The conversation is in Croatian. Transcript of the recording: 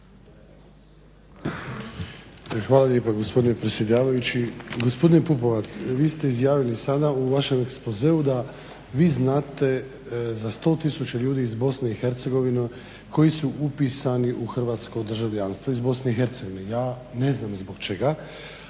Hvala lijepa gospodine predsjedavajući. Gospodine Pupovac, vi ste izjavili sada u vašem ekspozeu da vi znate za 100 tisuća ljudi iz BiH koji su upisani u hrvatsko državljanstvo iz BiH. Ja ne znam zbog čega,